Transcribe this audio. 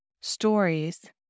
stories